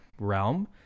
realm